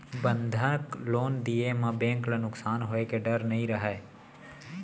बंधक लोन दिये म बेंक ल नुकसान होए के डर नई रहय